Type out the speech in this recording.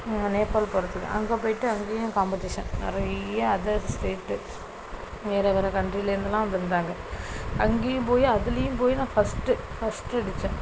நேபால் போகறதுக்கு அங்கே போயிவிட்டு அங்கேயும் காம்படிஷன் நிறையா அதர் ஸ்டேட்டு வேறு வேறு கண்ட்ரிலருந்துலாம் வந்து இருந்தாங்க அங்கேயும் போய் அதுலையும் போய் நான் ஃபர்ஸ்டு ஃபர்ஸ்டு அடிச்சேன்